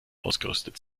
ausgerüstet